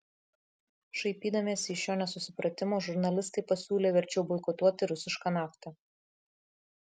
šaipydamiesi iš šio nesusipratimo žurnalistai pasiūlė verčiau boikotuoti rusišką naftą